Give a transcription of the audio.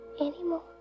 anymore